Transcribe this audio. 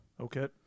Okay